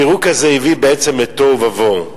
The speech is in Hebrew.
הפירוק הזה הביא בעצם לתוהו ובוהו.